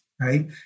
right